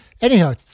Anyhow